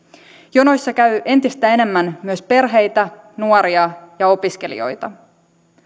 jonoissa käy entistä enemmän myös perheitä nuoria ja opiskelijoita